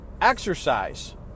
exercise